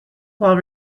while